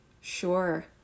sure